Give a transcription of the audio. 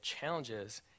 challenges